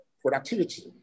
productivity